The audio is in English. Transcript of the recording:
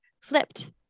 flipped